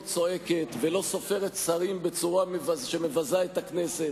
צועקת ולא סופרת שרים בצורה שמבזה את הכנסת,